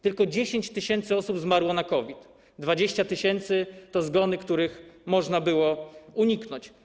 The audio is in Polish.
Tylko 10 tys. osób zmarło na COVID, 20 tys. to zgony, których można było uniknąć.